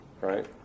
right